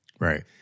Right